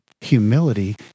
humility